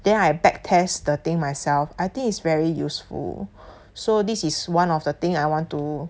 then I back test the thing myself I think is very useful so this is one of the thing I want to